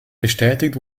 bestätigt